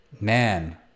man